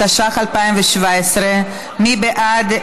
התשע"ח 2017. מי בעד?